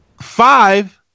Five